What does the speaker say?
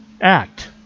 act